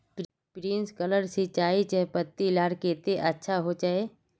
Sprinkler सिंचाई चयपत्ति लार केते अच्छा होचए?